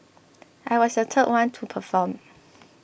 I was the third one to perform